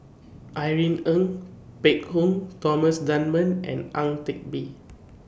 Irene Ng Phek Hoong Thomas Dunman and Ang Teck Bee